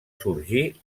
sorgir